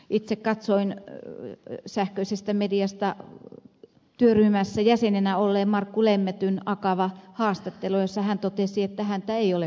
itse katsoin sähköisestä mediasta työryhmässä jäsenenä olleen markku lemmetyn akava haastattelun jossa hän totesi että häntä ei ole painostettu